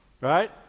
Right